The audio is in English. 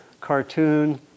cartoon